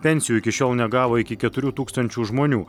pensijų iki šiol negavo iki keturių tūkstančių žmonių